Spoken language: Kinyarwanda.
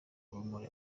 urumuri